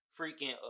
freaking